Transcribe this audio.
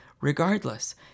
regardless